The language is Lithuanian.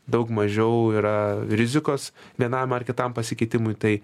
daug mažiau yra rizikos vienam ar kitam pasikeitimui tai